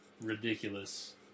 ridiculous